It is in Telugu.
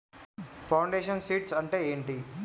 ఫౌండేషన్ సీడ్స్ అంటే ఏంటి?